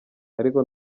ariko